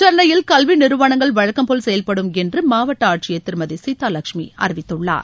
சென்னையில் கல்வி நிறுவளங்கள் வழக்கம்போல் செயல்படும் என்று மாவட்ட ஆட்சியர் திருமதி சீதாலட்சுமி அறிவித்துள்ளார்